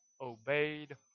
obeyed